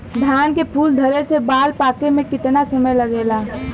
धान के फूल धरे से बाल पाके में कितना समय लागेला?